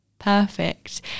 perfect